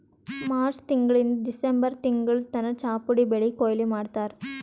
March ತಿಂಗಳಿಂದ್ December ತಿಂಗಳ್ ತನ ಚಾಪುಡಿ ಬೆಳಿ ಕೊಯ್ಲಿ ಮಾಡ್ತಾರ್